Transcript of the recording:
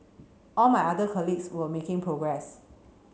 all my other colleagues were making progress